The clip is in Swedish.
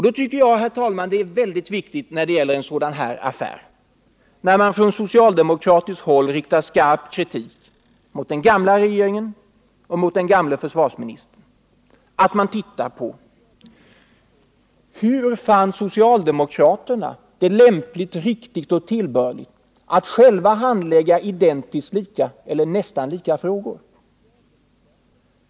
Det är mycket viktigt i en sådan här affär, där man från socialdemokratiskt håll riktar skarp kritik mot den gamla regeringen och mot den förre försvarsministern, att vi undersöker frågan: Hur fann socialdemokraterna det lämpligt, riktigt och tillbörligt att själva handlägga identiskt lika eller nästan lika frågor?